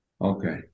okay